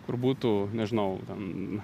kur būtų nežinau ten